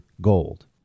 gold